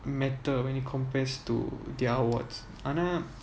matter when it compares to their awards ஆனா:aana